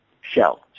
shell